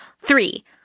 Three